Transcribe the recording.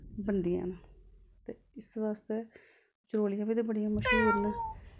बनदियां न ते इस बास्तै चरोलियां बी ते बड़ियां मश्हूर न